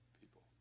people